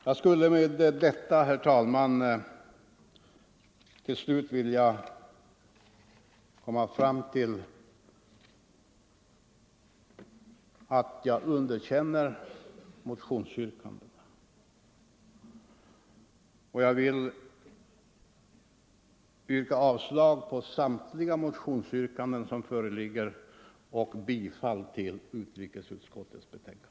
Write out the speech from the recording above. Jag vill med detta, herr talman, underkänna och yrka avslag på samtliga motionsyrkanden samt bifall till utrikesutskottets hemställan.